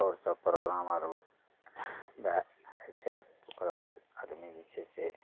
आओर सब प्रोग्राम आर उ बए होइ छै ओकरबाद आदमी जे छै से